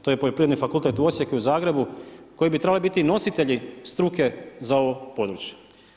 To je Poljoprivredni fakultet u Osijeku i Zagrebu koji bi trebali biti nositelji struke za ovo područje.